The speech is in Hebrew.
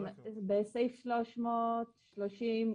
ברשותך,